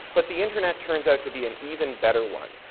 but the internet turns out to be an even better one.